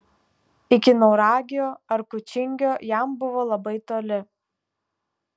iki nauragio ar kučingio jam buvo labai toli